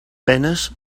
penes